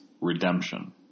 redemption